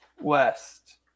west